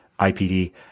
IPD